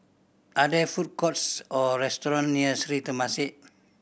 are there food courts or restaurant near Sri Temasek